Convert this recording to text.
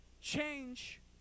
change